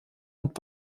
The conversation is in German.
und